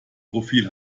profil